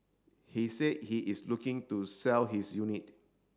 he said he is looking to sell his unit